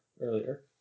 earlier